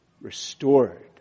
restored